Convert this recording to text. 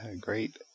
great